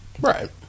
Right